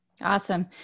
Awesome